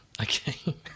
Okay